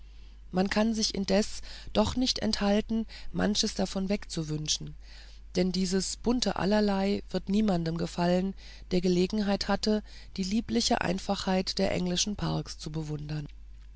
man kann sich indessen doch nicht enthalten manches davon wegzuwünschen denn dieses bunte allerlei wird niemandem gefallen der gelegenheit hatte die liebliche einfachheit der englischen parks zu bewundern